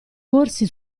corsi